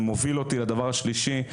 זה מוביל אותי לדבר השלישי,